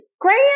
Graham